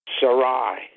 Sarai